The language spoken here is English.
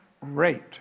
rate